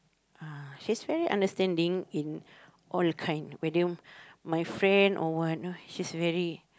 uh she's very understanding in all the kind whether my friend or what know she's very